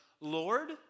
Lord